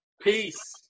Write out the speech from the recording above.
Peace